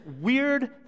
weird